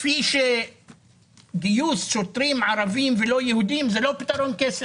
כפי שגיוס שוטרים ערבים ולא יהודים זה לא פתרון קסם.